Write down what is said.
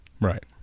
Right